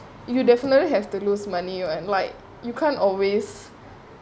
you definitely have to lose money when like you can't always